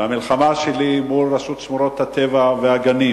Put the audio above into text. והמלחמה שלי מול רשות שמורות הטבע והגנים